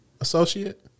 associate